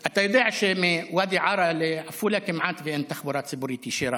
אתה יודע שמוואדי עארה לעפולה כמעט אין תחבורה ציבורית ישירה.